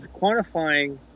quantifying